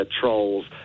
trolls